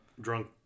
drunk